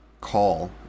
call